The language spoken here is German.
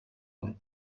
und